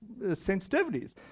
sensitivities